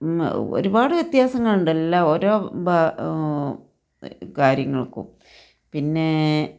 ഒരുപാട് വ്യത്യാസങ്ങളുണ്ട് എല്ലാ ഓരോ കാര്യങ്ങൾക്കും പിന്നേ